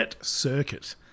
circuit